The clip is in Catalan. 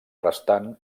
restant